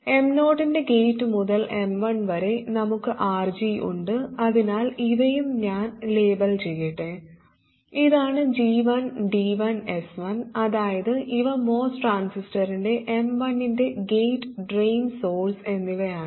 M0 ൻറെ gate മുതൽ M1 വരെ നമുക്ക് RG ഉണ്ട് അതിനാൽ ഇവയും ഞാൻ ലേബൽ ചെയ്യട്ടെ ഇതാണ് G1 D1 S1 അതായത് ഇവ MOS ട്രാൻസിസ്റ്റർ M1 ൻറെ ഗേറ്റ് ഡ്രെയിൻ സോഴ്സ് എന്നിവയാണ്